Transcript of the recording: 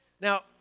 Now